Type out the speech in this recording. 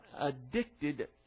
addicted